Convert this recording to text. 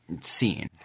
scene